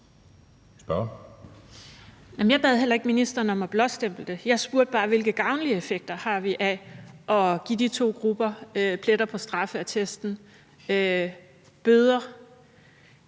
Jeg bad heller ikke ministeren om at blåstemple det. Jeg spurgte bare, hvilke gavnlige effekter vi har af at give de to grupper pletter på straffeattesten og bøder.